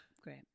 Great